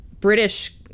British